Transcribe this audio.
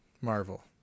Marvel